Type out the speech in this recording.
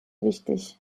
wichtig